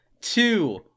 two